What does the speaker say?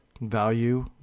value